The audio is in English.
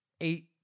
eight